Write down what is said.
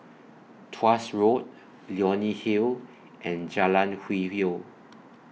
Tuas Road Leonie Hill and Jalan Hwi Yoh